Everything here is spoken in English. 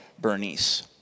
Bernice